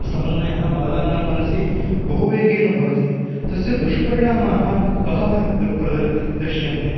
समन्वयः बालानां मनसि बहु वेगेन भवति तस्य दुष्परिणामाः बहवः दुप्र दृश्यन्ते